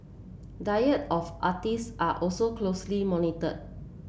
diet of artiste are also closely monitored